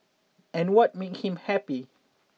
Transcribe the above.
and what make him happy